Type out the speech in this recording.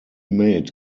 made